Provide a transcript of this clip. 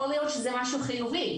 יכול להיות שזה משהו חיובי,